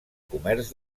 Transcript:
comerç